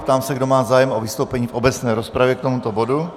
Ptám se, kdo má zájem o vystoupení v obecné rozpravě k tomuto bodu.